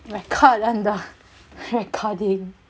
record on the recording